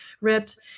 ripped